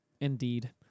Indeed